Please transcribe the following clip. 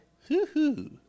Hoo-hoo